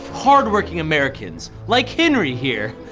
hardworking americans like henry here.